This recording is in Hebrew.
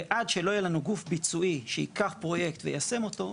ועד שלא יהיה לנו גוף ביצועי שייקח פרויקט ויישם אותו,